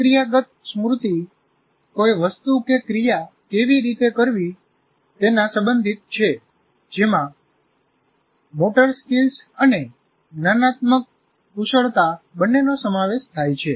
પ્રક્રિયાગત સ્મૃતિ કોઈ વસ્તુ કે ક્રિયા કેવી રીતે કરવી તેના સંબંધિત છે જેમાં મોટર સ્કીલસ અને જ્ઞાનાત્મક કુશળતા બંનેનો સમાવેશ થાય છે